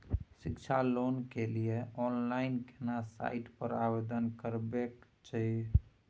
शिक्षा लोन के लिए ऑनलाइन केना साइट पर आवेदन करबैक छै?